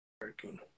working